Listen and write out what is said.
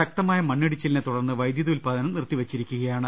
ശ്യക്തമായ മണ്ണിടിച്ചിലിനെ തുടർന്ന് വൈദ്യുതി ഉത്പാ ദനം നിർത്തിവെച്ചിരിക്കുകയാണ്